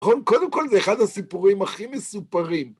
קודם כל, זה אחד הסיפורים הכי מסופרים.